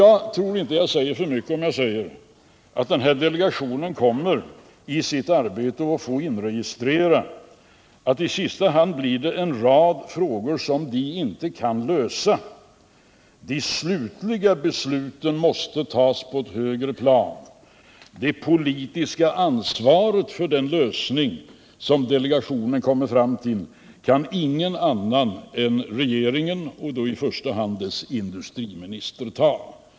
Jag tror inte jag säger för mycket om jag hävdar att den här delegationen i sitt arbete kommer att få inregistrera att det i sista hand blir en rad frågor den inte kan lösa. De slutliga besluten måste tas på ett högre plan. Det politiska ansvaret för den lösning som delegationen kommer fram till kan ingen annan än regeringen — och då i första hand dess industriminister — ta.